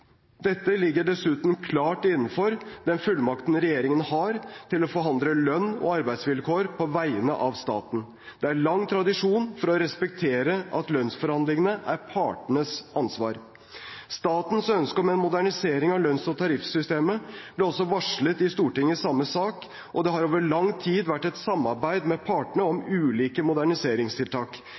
Dette ligger dessuten klart innenfor den fullmakten regjeringen har til å forhandle lønns- og arbeidsvilkår på vegne av staten. Det er lang tradisjon for å respektere at lønnsforhandlingene er partenes ansvar. Statens ønske om en modernisering av lønns- og tariffsystemet ble også varslet i Stortinget i samme sak, og det har over lang tid vært et samarbeid med partene om ulike moderniseringstiltak.